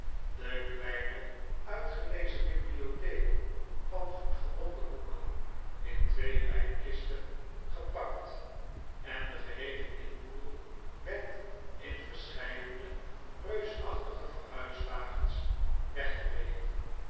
de kleine uitgelezen bibliotheek van goed gebonden boeken in twee wijnkisten gepakt en de geheele inboedel werd in verscheidene reusachtige verhuiswagens weggereden